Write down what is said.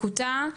מקוטע,